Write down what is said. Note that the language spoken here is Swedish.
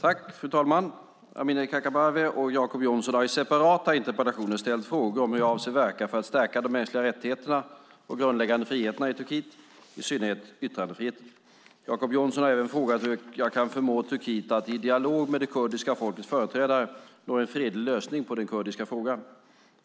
Fru talman ! Amineh Kakabaveh och Jacob Johnson har i separata interpellationer ställt frågor om hur jag avser att verka för att stärka de mänskliga rättigheterna och grundläggande friheterna i Turkiet, i synnerhet yttrandefriheten. Jacob Johnson har även frågat hur jag kan förmå Turkiet att, i dialog med kurdiska folkets företrädare, nå en fredlig lösning på den kurdiska frågan.